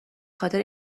خاطر